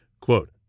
quote